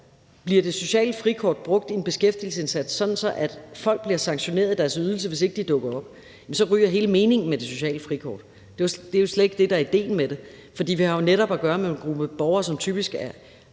er, at det sociale frikort bliver brugt i en beskæftigelsesindsats, sådan at folk bliver sanktioneret i deres ydelse, hvis ikke de dukker op, jamen så ryger hele meningen med det sociale frikort. Det er jo slet ikke det, der er idéen med det, for vi har netop at gøre med en gruppe borgere, som typisk